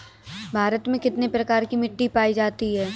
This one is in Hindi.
भारत में कितने प्रकार की मिट्टी पाई जाती है?